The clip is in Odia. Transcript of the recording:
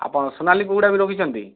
ଆପଣ ସୋନାଲି କୁକୁଡ଼ା ବି ରଖିଛନ୍ତି